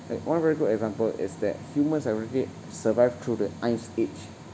and one very good example is that humans have already survived through the ice age